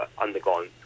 undergone